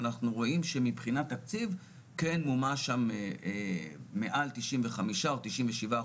אבל אנחנו רואים שמבחינת תקציב כן מומש שם מעל 95% או 97%,